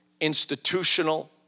institutional